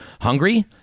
Hungry